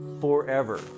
forever